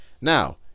Now